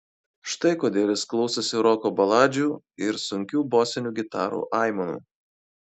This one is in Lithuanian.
štai kodėl jis klausosi roko baladžių ir sunkių bosinių gitarų aimanų